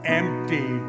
empty